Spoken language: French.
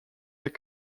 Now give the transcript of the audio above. les